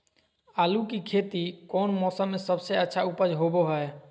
आलू की खेती कौन मौसम में सबसे अच्छा उपज होबो हय?